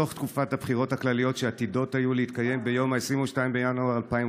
בתוך תקופת הבחירות הכלליות שעתידות היו להתקיים ביום 22 בינואר 2013,